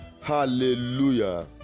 Hallelujah